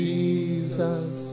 Jesus